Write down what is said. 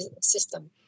system